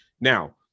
Now